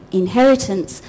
inheritance